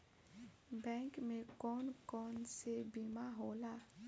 Bank में कौन कौन से बीमा होला?